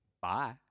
Bye